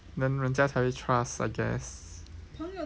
then 人家才会 trust I guess